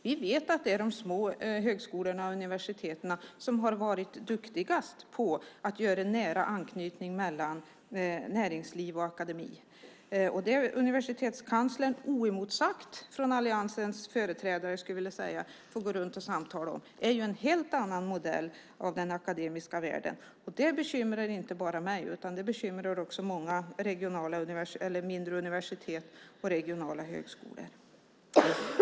Vi vet att det är de små högskolorna och universiteten som har varit duktigast på att åstadkomma en nära knytning mellan näringsliv och akademi. Där är universitetskanslern oemotsagd från alliansens företrädare, skulle jag vilja säga. Men det han går runt och samtalar om är ju en helt annan modell av den akademiska världen. Det bekymrar inte bara mig utan också dem på många mindre universitet och regionala högskolor.